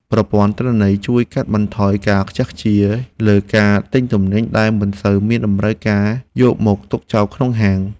ប្រព័ន្ធទិន្នន័យជួយកាត់បន្ថយការខ្ជះខ្ជាយលើការទិញទំនិញដែលមិនសូវមានតម្រូវការយកមកទុកចោលក្នុងហាង។